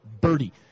Birdie